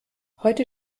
heute